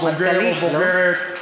בוגר או בוגרת,